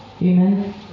Amen